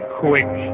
quick